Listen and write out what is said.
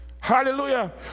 Hallelujah